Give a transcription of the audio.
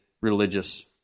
religious